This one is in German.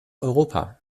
europa